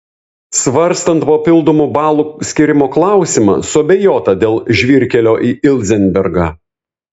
svarstant papildomų balų skyrimo klausimą suabejota dėl žvyrkelio į ilzenbergą